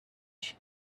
she